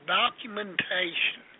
documentation